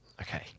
Okay